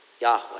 Yahweh